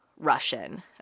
Russian